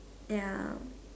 ya